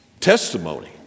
testimony